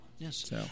Yes